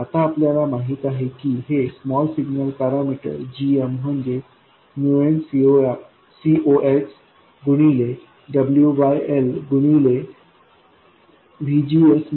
आता आपल्याला माहित आहे की हे स्मॉल सिग्नल पॅरामीटर gm म्हणजे nCox गुणिले WL गुणिले असे आहे